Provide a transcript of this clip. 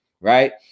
right